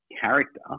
character